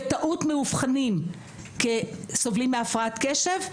בטעות מאובחנים כסובלים מהפרעת קשב,